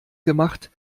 gemacht